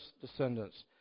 descendants